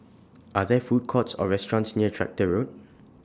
Are There Food Courts Or restaurants near Tractor Road